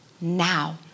now